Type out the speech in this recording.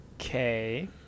Okay